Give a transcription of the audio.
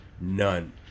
None